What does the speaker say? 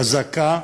חזקה,